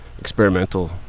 experimental